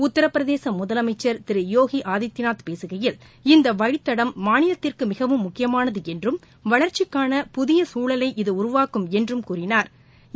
உத்திரபிரதேச முதலமைச்ச் திரு யோகி ஆதித்யநாத் பேசுகையில் இந்த வழித்தடம் மாநிலத்திற்கு மிகவும் முக்கியமானது என்றும் வளா்ச்சிக்கான புதிய சூழலை இது உருவாக்கும் என்றும் கூறினாா்